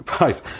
right